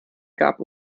gab